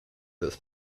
this